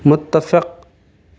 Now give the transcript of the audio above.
متفق